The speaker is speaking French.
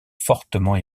fortement